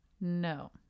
No